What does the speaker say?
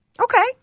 Okay